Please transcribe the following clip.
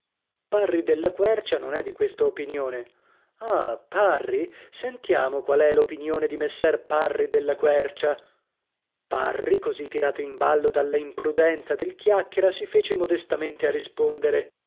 parri della quercia non è di questa opinione ah parri sentiamo qual è l'opinione di messer parri della quercia parri così tirato in ballo dalla imprudenza del chiacchiera si fece modestamente a rispondere